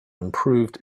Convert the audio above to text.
improving